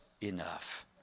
enough